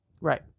Right